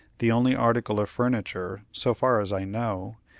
the only article of furniture, so far as i know,